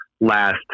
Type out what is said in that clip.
last